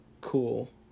cool